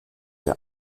der